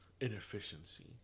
inefficiency